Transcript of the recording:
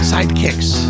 Sidekicks